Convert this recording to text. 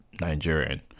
Nigerian